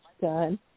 done